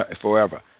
forever